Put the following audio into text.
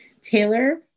Taylor